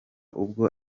ubwo